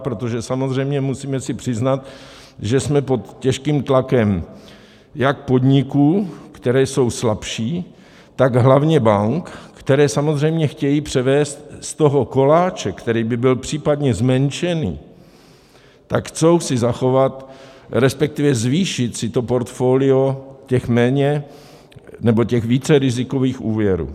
Protože samozřejmě musíme si přiznat, že jsme pod těžkým tlakem jak podniků, které jsou slabší, tak hlavně bank, které samozřejmě chtějí převést z toho koláče, který by byl případně zmenšený, tak si chtějí zachovat, respektive zvýšit si to portfolio těch méně nebo těch více rizikových úvěrů.